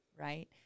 right